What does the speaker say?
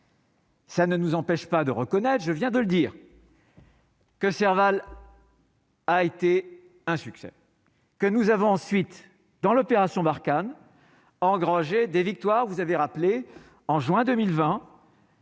ça ne nous empêche pas de reconnaître, je viens de le dire. Que Serval. à a été un succès que nous avons ensuite dans l'opération Barkhane engranger des victoires, vous avez rappelé en juin 2020.